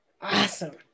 Awesome